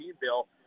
Bill